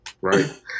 right